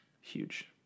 huge